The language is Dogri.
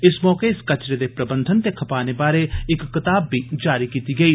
इस मौके च कचरे दे प्रवधान ते खपाने बारे इक कताब बी जारी कीती गेई